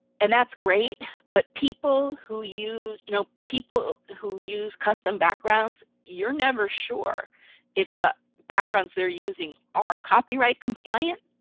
and that's great but people who use, use, you know people who use custom backgrounds, you're never sure if the backgrounds they're using are copyright compliant.